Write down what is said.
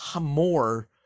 more